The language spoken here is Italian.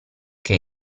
che